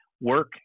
work